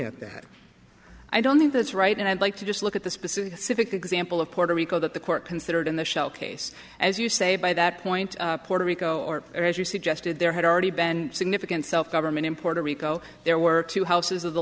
at that i don't think that's right and i'd like to just look at the specific example of puerto rico that the court considered in the shell case as you say by that point puerto rico or as you suggested there had already been significant self government in puerto rico there were two houses of the